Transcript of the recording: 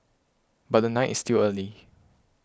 but the night is still early